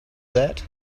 that